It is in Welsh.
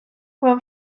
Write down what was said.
mewn